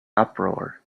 uproar